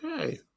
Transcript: Okay